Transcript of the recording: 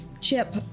Chip